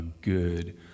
good